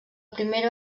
primera